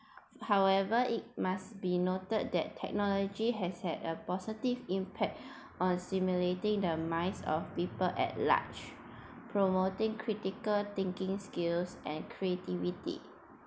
however it must be noted that technology has had a positive impact on simulating the minds of people at large promoting critical thinking skills and creativity